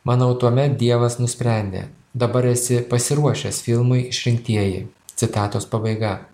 manau tuomet dievas nusprendė dabar esi pasiruošęs filmui išrinktieji citatos pabaiga